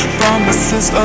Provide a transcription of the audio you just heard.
promises